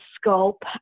scope